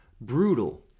brutal